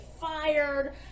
fired